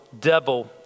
devil